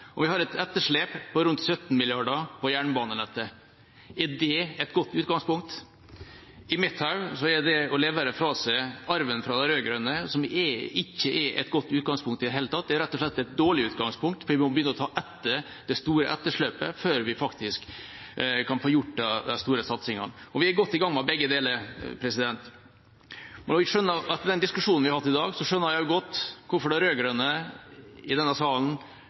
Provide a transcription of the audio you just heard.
jernbanenettet. Er det et godt utgangspunkt? I mitt hode er arven de rød-grønne har levert fra seg, ikke et godt utgangspunkt i det hele tatt. Det er rett og slett et dårlig utgangspunkt, for vi må begynne med det store etterslepet før vi faktisk kan få gjort de store satsingene. Vi er godt i gang med begge deler. Jeg skjønner godt, av den diskusjonen vi har hatt i dag, hvorfor de rød-grønne i denne salen heller ønsker å sammenlikne seg med sine alternative budsjett enn med det